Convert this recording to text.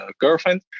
girlfriend